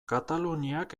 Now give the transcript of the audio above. kataluniak